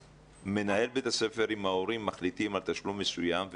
שמנהל בית הספר עם ההורים מחליטים על תשלום מסוים,